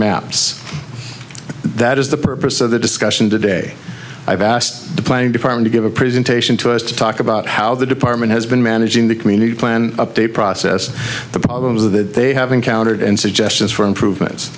maps that is the purpose of the discussion today i've asked the planning department to give a presentation to us to talk about how the department has been managed in the community plan update process the problems that they have encountered and suggestions for improvement